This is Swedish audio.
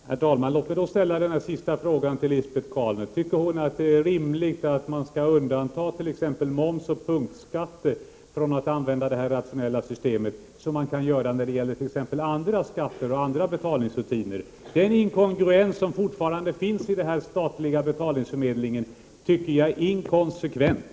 Herr talman! Låt mig då ställa denna sista fråga: Tycker Lisbet Calner att det är rimligt att t.ex. moms och punktskatter skall undantas från detta rationella system, som man kan använda när det gäller andra skatter och andra betalningsrutiner? Den inkongruens som fortfarande finns i den statliga betalningsförmedlingen tycker jag är inkonsekvent.